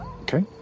Okay